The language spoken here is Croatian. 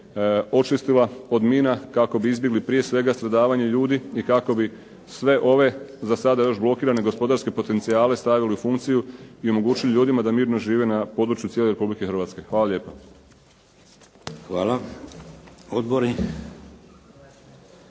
očistila od mina kako bi izbjegli prije svega stradavanje ljudi i kako bi sve ove za sada još blokirane gospodarske potencijale stavili u funkciju i omogućili ljudima da mirno žive na području cijele Republike Hrvatske. Hvala lijepo.